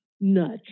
nuts